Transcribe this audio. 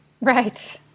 Right